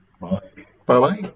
Bye-bye